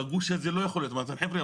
לגוש הזה לא יכול להיות' אמרתי להם 'חברה,